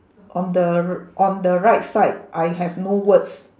on the r~ on the right side I have no words